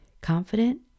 confident